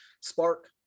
spark